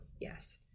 yes